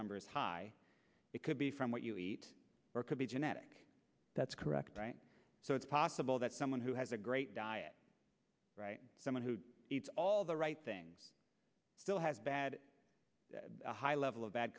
numbers high it could be from what you eat could be genetic that's correct so it's possible that someone who has a great diet someone who eats all the right things still has bad a high level of bad